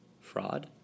fraud